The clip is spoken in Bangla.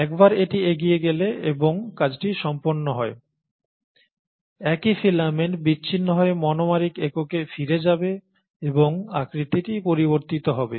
একবার এটি এগিয়ে গেলে এবং কাজটি সম্পন্ন হয় একই ফিলামেন্ট বিচ্ছিন্ন হয়ে মনোমারিক এককে ফিরে যাবে এবং আকৃতিটি পরিবর্তিত হবে